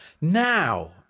Now